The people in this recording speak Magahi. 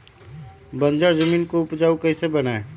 बंजर जमीन को उपजाऊ कैसे बनाय?